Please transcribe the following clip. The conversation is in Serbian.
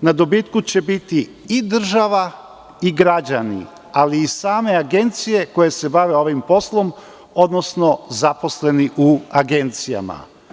na dobitku će biti i država i građani, ali i same agencije koje se bave ovim poslom, odnosno zaposleni u agencijama.